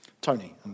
Tony